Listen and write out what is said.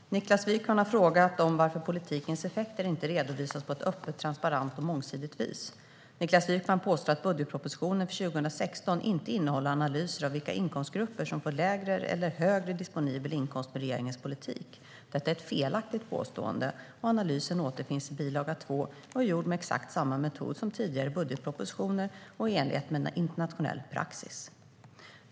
Svar på interpellationer Herr talman! Niklas Wykman har frågat varför politikens effekter inte redovisas på ett öppet, transparent och mångsidigt vis. Niklas Wykman påstår att budgetpropositionen för 2016 inte innehåller analyser av vilka inkomstgrupper som får lägre eller högre disponibel inkomst med regeringens politik. Detta är ett felaktigt påstående. Analysen återfinns i bil. 2 och är gjord med exakt samma metod som i tidigare budgetpropositioner och i enlighet med internationell praxis.